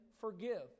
forgive